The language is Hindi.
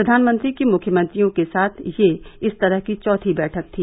प्रधानमंत्री की मुख्यमंत्रियों के साथ यह इस तरह की चौथी बैठक थी